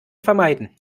vermeiden